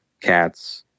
cats